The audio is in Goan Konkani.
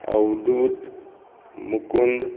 अवदूत मूकूंद